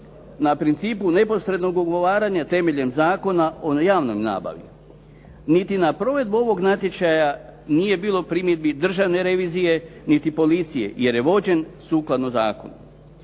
na principu neposrednog ugovaranja temeljem Zakona o javnoj nabavi. Niti na provedbu ovog natječaja nije bilo primjedbi Državne revizije niti policije jer je vođen sukladno zakonu.